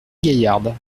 gaillarde